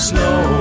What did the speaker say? Snow